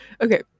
Okay